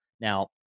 Now